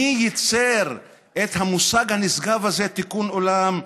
מי ייצר את המושג הנשגב הזה, תיקון עולם?